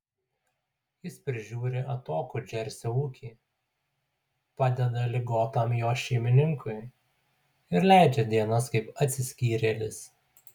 jis prižiūri atokų džersio ūkį padeda ligotam jo šeimininkui ir leidžia dienas kaip atsiskyrėlis